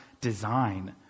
design